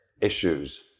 issues